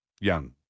Young